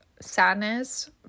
sadness